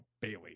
Bailey